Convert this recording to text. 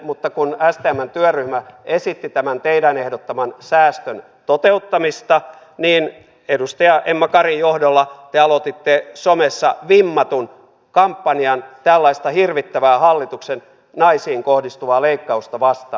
mutta kun stmn työryhmä esitti tämän teidän ehdottamanne säästön toteuttamista niin edustaja emma karin johdolla te aloititte somessa vimmatun kampanjan tällaista hirvittävää naisiin kohdistuvaa hallituksen leikkausta vastaan